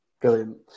brilliant